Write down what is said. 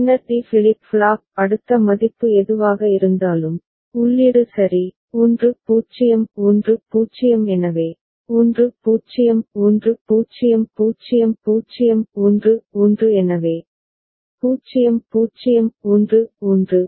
பின்னர் D flip flop அடுத்த மதிப்பு எதுவாக இருந்தாலும் உள்ளீடு சரி 1 0 1 0 எனவே 1 0 1 0 0 0 1 1 எனவே 0 0 1 1